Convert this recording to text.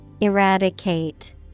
Eradicate